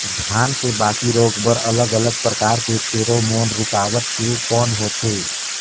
धान के बाकी रोग बर अलग अलग प्रकार के फेरोमोन रूकावट के कौन होथे?